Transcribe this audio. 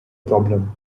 problem